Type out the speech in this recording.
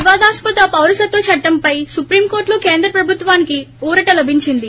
వివాదాస్సద పౌరసత్వ చట్టం పై సుప్రీం కోర్లులో కేంద్ర ప్రభుత్వానికి ఊరట లభించింది